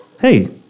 Hey